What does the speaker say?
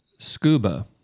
Scuba